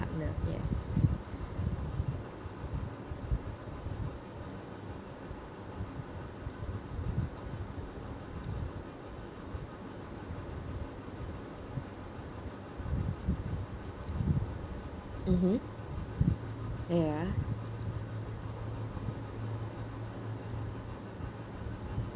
partner yes mmhmm ya